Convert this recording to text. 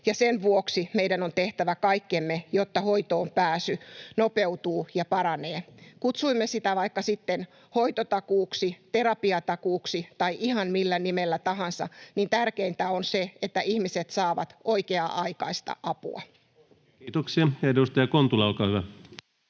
sen vuoksi meidän on tehtävä kaikkemme, jotta hoitoonpääsy nopeutuu ja paranee. Kutsuimme sitä vaikka sitten hoitotakuuksi, terapiatakuuksi tai ihan millä nimellä tahansa, niin tärkeintä on se, että ihmiset saavat oikea-aikaista apua. Kiitoksia. — Ja edustaja Kontula, olkaa hyvä.